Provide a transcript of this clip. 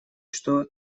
что